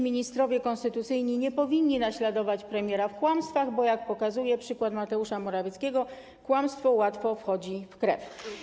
Ministrowie konstytucyjni nie powinni naśladować premiera w kłamstwach, bo, jak pokazuje przykład Mateusza Morawieckiego, kłamstwo łatwo wchodzi w krew.